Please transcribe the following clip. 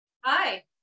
Hi